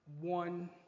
one